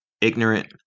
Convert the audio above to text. ignorant